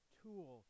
tool